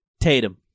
Tatum